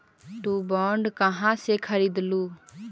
तु बॉन्ड कहा से खरीदलू?